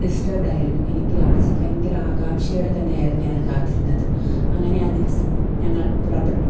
ഡിസ്റ്റർബ്ഡായിരുന്നു എനിക്ക് അവിടെച്ചെന്ന് ഭയങ്കര ആകാംക്ഷയോടെ തന്നെയായിരുന്നു ഞാനത് കാത്തിരുന്നത് അങ്ങനെയാ ദിവസം ഞങ്ങൾ പുറപ്പെട്ടു